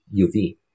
UV